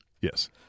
Yes